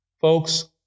Folks